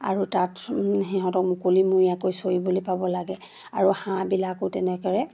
আৰু তাত সিহঁতক মুকলিমৰিয়াকৈ চৰিবলৈ পাব লাগে আৰু হাঁহবিলাকো তেনেকৈ